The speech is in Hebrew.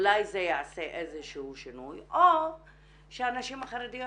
אולי זה יעשה איזשהו שינוי או שהנשים החרדיות